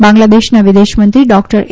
બાંગ્લાદેશના વિદેશમંત્રી ડોકટર એ